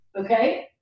okay